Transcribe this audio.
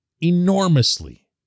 enormously